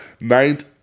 ninth